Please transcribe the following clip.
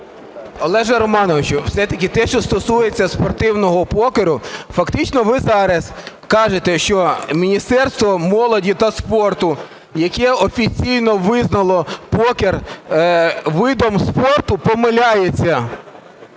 Олеже Романовичу, все-таки те, що стосується спортивного покеру, фактично ви зараз кажете, що Міністерство молоді та спорту, яке офіційно визнало покер видом спорту, помиляється.